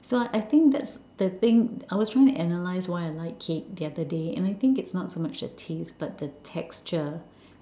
so I think that's the thing I will try and analyse why I like cake the other day and I think it's not so much the taste but the texture